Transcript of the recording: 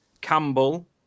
Campbell